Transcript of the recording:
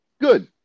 Good